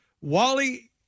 Wally